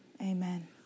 Amen